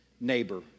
neighbor